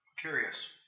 Curious